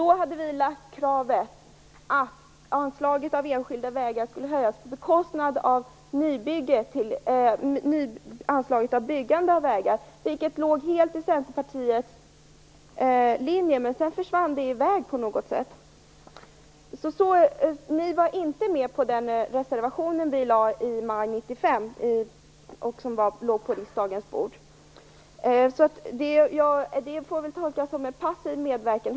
Vi hade ställt kravet att anslaget till enskilda vägar skulle höjas på bekostnad av anslaget för byggande av nya vägar, vilket låg helt i Centerpartiets linje. Men det försvann sedan på något sätt. Ni stod alltså inte bakom Miljöpartiets reservation i maj 1995, som låg på riksdagens bord. Det får väl i högsta grad tolkas som en passiv medverkan.